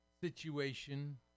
situation